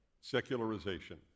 Secularization